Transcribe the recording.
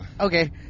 Okay